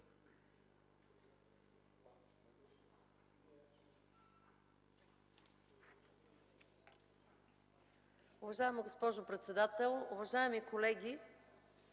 Уважаема госпожо председател, уважаеми колеги!